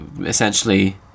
essentially